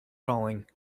falling